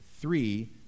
three